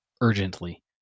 urgently